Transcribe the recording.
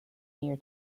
year